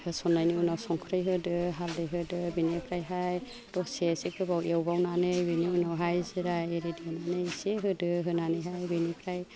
होसन्नायनि उनाव संख्रि होदो हालदै होदो बेनिफ्रायहाय दसे इसे गोबाव एवबावनानै बेनि उनावहाय जिरा एरि देनानै इसे होदो होनानैहाय बेनिफ्राय